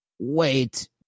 wait